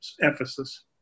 emphasis